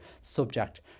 subject